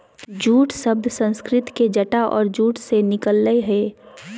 jute शब्द संस्कृत के जटा और जूट से निकल लय हें